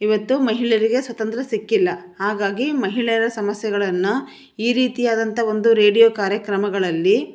ಇವತ್ತು ಮಹಿಳೆಯರಿಗೆ ಸ್ವಾತಂತ್ರ್ಯ ಸಿಕ್ಕಿಲ್ಲ ಹಾಗಾಗಿ ಮಹಿಳೆಯರ ಸಮಸ್ಯೆಗಳನ್ನು ಈ ರೀತಿಯಾದಂಥ ಒಂದು ರೇಡಿಯೋ ಕಾರ್ಯಕ್ರಮಗಳಲ್ಲಿ